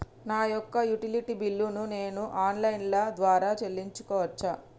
నా యొక్క utility bill ను నేను ఆన్ లైన్ ద్వారా చెల్లించొచ్చా?